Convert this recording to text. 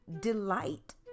delight